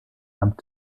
amt